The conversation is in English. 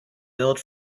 built